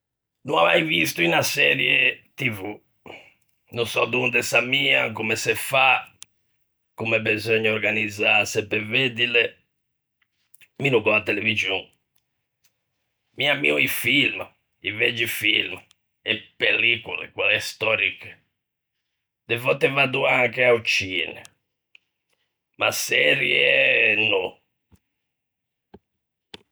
No ò mai visto unna serie TV. No sò donde se ammian, comme se fa, comme beseugna organizzâse pe veddile. Mi no gh'ò a televixon. Mi ammio i film, i vegi film, e pellicole quelle stòriche; de vòtte vaddo anche a-o cine. Ma serie no.